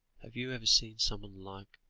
have you ever seen someone like